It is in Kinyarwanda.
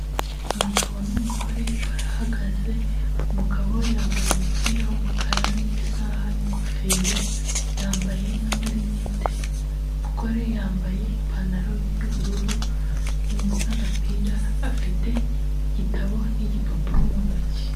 Umugabo n'umugore barahagaze, umugabo yambaye umupira w'umukara n'isaha n'ingofero, yambaye n'amarinete, umugore yambaye ipantaro y'ubururu n'agapira, afite igitabo n'igipapuro mu ntoki.